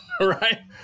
right